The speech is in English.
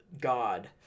God